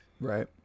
Right